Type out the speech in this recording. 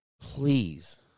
please